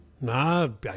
No